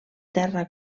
terra